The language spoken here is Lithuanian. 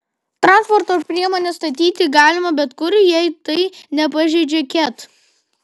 transporto priemones statyti galima bet kur jei tai nepažeidžia ket